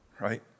right